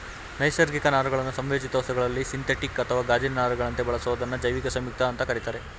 ನೈಸರ್ಗಿಕ ನಾರುಗಳನ್ನು ಸಂಯೋಜಿತ ವಸ್ತುಗಳಲ್ಲಿ ಸಿಂಥೆಟಿಕ್ ಅಥವಾ ಗಾಜಿನ ನಾರುಗಳಂತೆ ಬಳಸೋದನ್ನ ಜೈವಿಕ ಸಂಯುಕ್ತ ಅಂತ ಕರೀತಾರೆ